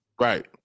Right